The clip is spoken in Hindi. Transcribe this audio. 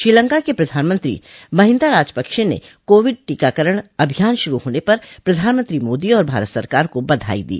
श्रीलंका के प्रधानमंत्री महिंदा राजपक्ष ने कोविड टीकाकरण अभियान शुरू होने पर प्रधानमंत्री मोदी और भारत सरकार को बधाई दी